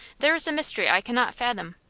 there is a mystery i cannot fathom.